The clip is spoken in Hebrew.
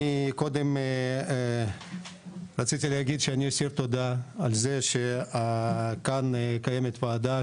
אני קודם רציתי להגיד שאני אסיר תודה על זה שקיימת כאן ועדה,